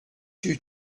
you